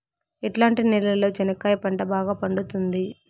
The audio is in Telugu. ఎట్లాంటి నేలలో చెనక్కాయ పంట బాగా పండుతుంది?